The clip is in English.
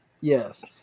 Yes